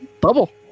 Bubble